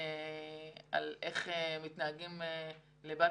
על איך מתנהגים לבת